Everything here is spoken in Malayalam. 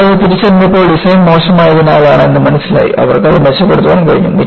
അവർ അത് തിരിച്ചറിഞ്ഞപ്പോൾ ഡിസൈൻ മോശമായതിനാലാണ് എന്ന് മനസ്സിലായി അവർക്ക് അത് മെച്ചപ്പെടുത്താൻ കഴിഞ്ഞു